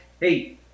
Hey